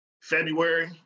February